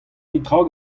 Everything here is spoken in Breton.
netra